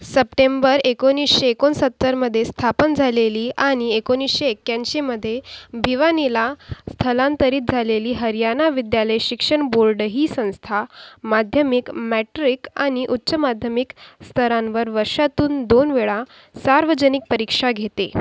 September एकोणिसशे एकोणसत्तरमध्ये स्थापन झालेली आणि एकोणिसशे एक्याऐंशीमध्ये भिवानीला स्थलांतरित झालेली हरियाणा विद्यालय शिक्षण बोर्ड ही संस्था माध्यमिक मॅट्रिक आणि उच्च माध्यमिक स्तरांवर वर्षातून दोन वेळा सार्वजनिक परीक्षा घेते